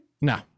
no